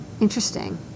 Interesting